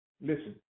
listen